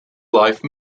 life